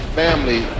family